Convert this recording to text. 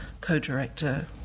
co-director